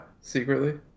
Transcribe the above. Secretly